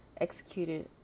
executed